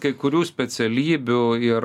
kai kurių specialybių ir